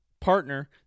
Partner